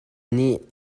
nih